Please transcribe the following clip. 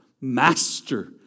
master